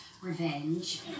Revenge